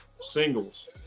singles